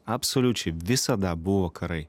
absoliučiai visada buvo karai